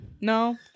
No